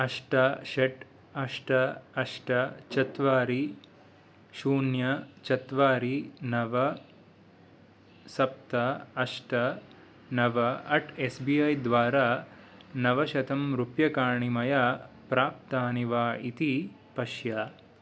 अष्ट षट् अष्ट अष्ट चत्वारि शून्य चत्वारि नव सप्त अष्ट नव अट् एस् बि ऐ द्वारा नवशतं रूप्यकाणि मया प्राप्तानि वा इति पश्य